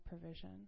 provision